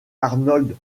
arnold